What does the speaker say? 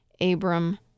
Abram